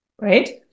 right